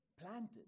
planted